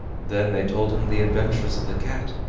then they told him the adventures of the cat,